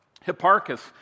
Hipparchus